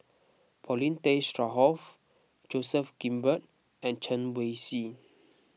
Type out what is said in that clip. Paulin Tay Straughan Joseph Grimberg and Chen Wen Hsi